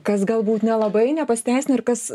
kas galbūt nelabai nepasiteisino ir kas